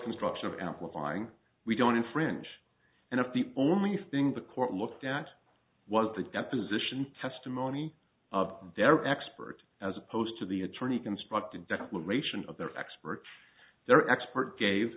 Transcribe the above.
construction of amplifying we don't infringe and if the only thing the court looked at was the deposition testimony of their expert as opposed to the attorney construct a declaration of their experts their expert gave